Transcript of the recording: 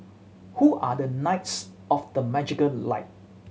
who are the knights of the magical light